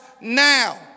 now